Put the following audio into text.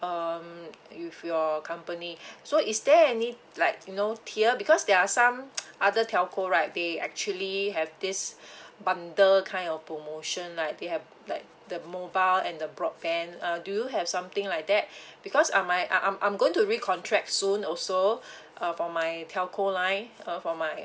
um with your company so is there any like you know tier because there are some other telco right they actually have this bundle kind of promotion lah they have like the mobile and the broadband uh do you have something like that because am I I'm I'm going to re-contract soon also uh for my telco line uh for my